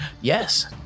Yes